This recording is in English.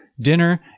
dinner